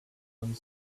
and